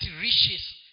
riches